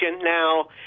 Now